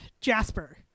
Jasper